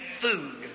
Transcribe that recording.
food